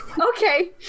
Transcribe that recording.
Okay